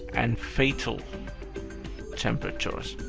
and fatal temperatures,